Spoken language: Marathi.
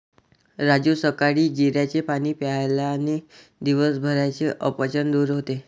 राजू सकाळी जिऱ्याचे पाणी प्यायल्याने दिवसभराचे अपचन दूर होते